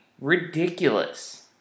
Ridiculous